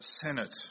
Senate